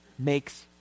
makes